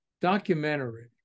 documentary